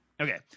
Okay